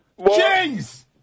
Jeez